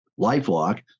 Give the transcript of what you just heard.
LifeLock